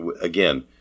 again